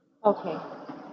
Okay